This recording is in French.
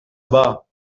bas